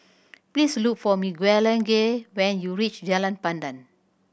please look for Miguelangel when you reach Jalan Pandan